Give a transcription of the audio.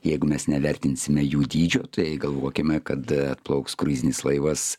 jeigu mes nevertinsime jų dydžio tai galvokime kad atplauks kruizinis laivas